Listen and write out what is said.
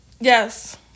Yes